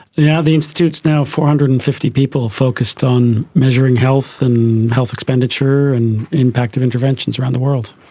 yeah the institute is now four hundred and fifty people focused on measuring health and health expenditure and impact of interventions around the world.